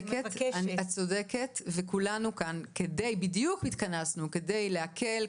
את צודקת וכולנו כאן התכנסנו בדיוק כדי להקל,